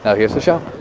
here's the show